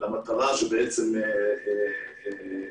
למטרה שלשמה התכנסנו,